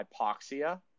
hypoxia